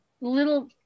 little